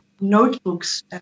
notebooks